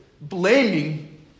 Blaming